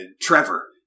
Trevor